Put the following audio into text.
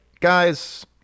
guys